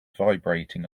vibrating